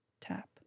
Tap